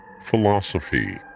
philosophy